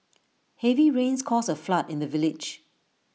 heavy rains caused A flood in the village